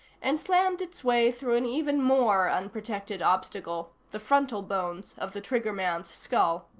and slammed its way through an even more unprotected obstacle, the frontal bones of the triggerman's skull.